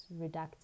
reductive